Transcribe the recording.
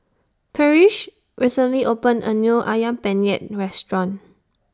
Parrish recently opened A New Ayam Penyet Restaurant